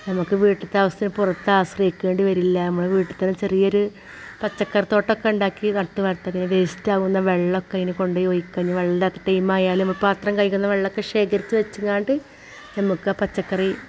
നമുക്ക് വീട്ടിലത്തെ ആവശ്യത്തിന് പുറത്ത് ആശ്രയിക്കേണ്ടി വരില്ല ഞമ്മളെ എന്ന വീട്ടിൽ തന്നെ ചെറിയൊരു പച്ചക്കറി തോട്ടം ഒക്കെ ഉണ്ടാക്കി നട്ടു വളർത്തൽ വേസ്റ്റ് ആകുന്ന വെള്ളമൊക്കെ അതിനു കൊണ്ടേ ഒഴിക്കലും വെള്ളമില്ലാത്ത ടൈം ആയാലും പാത്രം കഴുകുന്ന വെള്ളമൊക്കെ ശേഖരിച്ചു വെച്ചങ്ങാണ്ട് ഞമക്ക് ആ പച്ചക്കറി